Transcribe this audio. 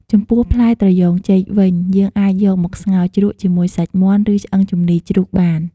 ចំពោះ ផ្លែត្រយូងចេកវិញ យើងអាចយកមកស្ងោជ្រក់ជាមួយសាច់មាន់ ឬឆ្អឹងជំនីរជ្រូកបាន។